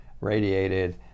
radiated